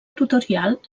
tutorial